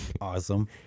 awesome